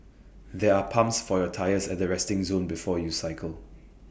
there are pumps for your tyres at the resting zone before you cycle